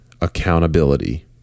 accountability